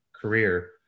career